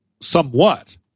somewhat